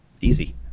easy